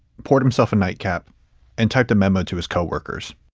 poured himself a nightcap and tucked a memo to his co-workers